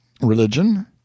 Religion